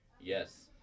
yes